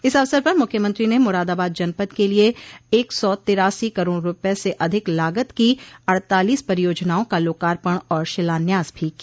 इस अवसर पर मुख्यमंत्री ने मरादाबाद जनपद के लिये एक सौ तिरासी करोड़ रूपये से अधिक लागत की अड़तालीस परियोजनाओं का लोकार्पण और शिलान्यास भी किया